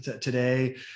today